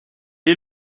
est